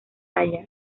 talla